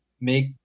make